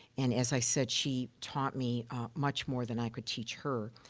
and as i said, she taught me much more than i could teach her.